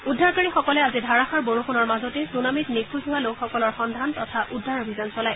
উদ্ধাৰকাৰীসকলে আজি ধাৰাষাৰ বৰষুণৰ মাজতেই ছুনামিত নিখোজ হোৱা লোকসকলৰ সন্ধান তথা উদ্ধাৰ অভিযান চলায়